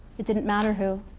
it didn't matter who.